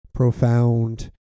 profound